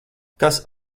kas